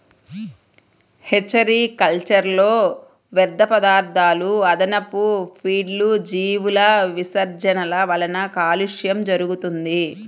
hatchery కల్చర్లో వ్యర్థపదార్థాలు, అదనపు ఫీడ్లు, జీవుల విసర్జనల వలన కాలుష్యం జరుగుతుంది